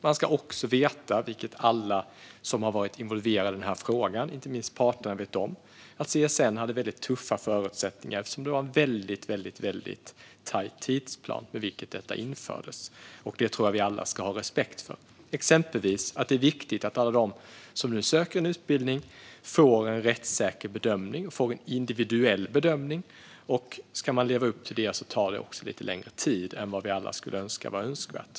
Man ska också veta att CSN hade väldigt tuffa förutsättningar eftersom tidsplanen för när detta infördes var väldigt tajt, vilket alla som varit involverade i frågan och inte minst parterna vet om. Det bör vi alla ha respekt för. Det är exempelvis viktigt att alla de som nu söker till en utbildning får en rättssäker och individuell bedömning. Ska man leva upp till det tar det också lite längre tid än vad vi annars tycker är önskvärt.